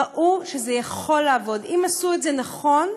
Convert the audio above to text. ראו שזה יכול לעבוד, אם עשו את זה נכון,